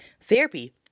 therapy